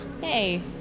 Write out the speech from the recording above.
Hey